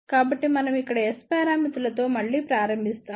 కాబట్టి మనం ఇక్కడ S పారామితులతో మళ్ళీ ప్రారంభిస్తాము